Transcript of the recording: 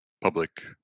public